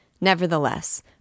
Nevertheless